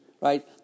right